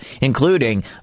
including